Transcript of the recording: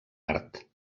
art